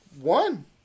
one